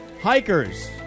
Hikers